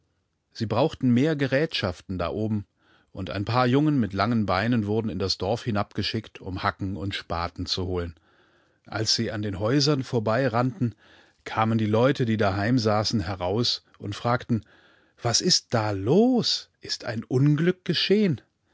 sie brauchten mehr gerätschaften da oben und ein paar jungen mit langen beinenwurdenindasdorfhinabgeschickt umhackenundspatenzuholen als sie an den häusern vorbeirannten kamen die leute die daheim saßen heraus und fragten was ist da los ist ein unglück geschehen